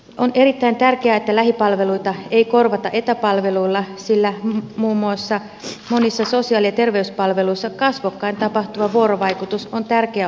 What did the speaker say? on erittäin tärkeää että lähipalveluita ei korvata etäpalveluilla sillä muun muassa monissa sosiaali ja terveyspalveluissa kasvokkain tapahtuva vuorovaikutus on tärkeä osa palvelua